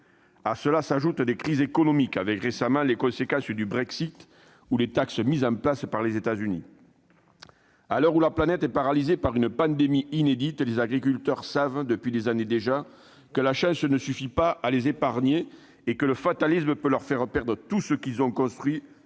À cela s'ajoutent les crises économiques, comme récemment les conséquences du Brexit, ou les taxes mises en place par les États-Unis ... À l'heure où la planète est paralysée par une pandémie inédite, les agriculteurs savent depuis des années déjà que la chance ne suffira pas à les épargner et que le fatalisme peut leur faire perdre tout ce qu'ils ont construit